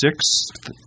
six